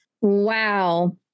Wow